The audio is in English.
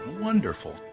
Wonderful